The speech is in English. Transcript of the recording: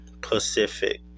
Pacific